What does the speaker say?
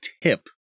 tip